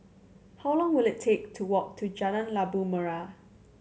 how long will it take to walk to Jalan Labu Merah